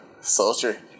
soldier